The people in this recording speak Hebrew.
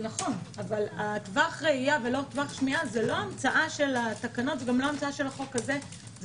אבל טווח ראייה ולא טווח שמיעה זה לא המצאה של החוק הזה או של התקנות.